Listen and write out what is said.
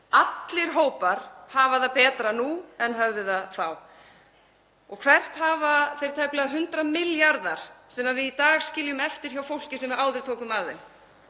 Allir hópar hafa það betra nú en þeir höfðu þá. Og hvert hafa þeir tæplega 100 milljarðar farið sem við í dag skiljum eftir hjá fólki sem við áður tókum af þeim?